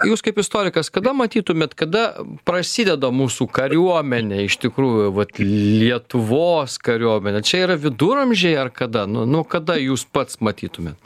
jūs kaip istorikas kada matytumėt kada prasideda mūsų kariuomenė iš tikrųjų vat lietuvos kariuomenė čia yra viduramžiai ar kada nu nu kada jūs pats matytumėt